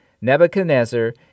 Nebuchadnezzar